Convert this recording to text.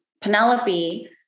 Penelope